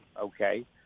okay